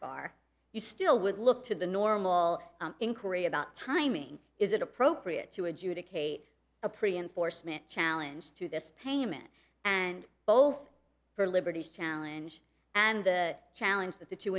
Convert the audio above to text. bar you still would look to the normal inquiry about timing is it appropriate to adjudicate a pre enforcement challenge to this payment and both her liberties challenge and the challenge that the two